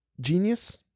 Genius